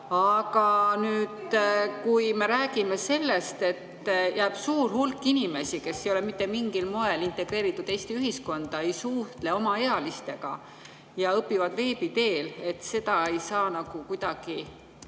saame. Aga kui me räägime sellest, et siia jääks suur hulk inimesi, kes ei ole mitte mingil moel integreeritud Eesti ühiskonda, kes ei suhtle omaealistega ja õpivad veebi teel, siis seda ei saaks kuidagi